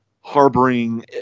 harboring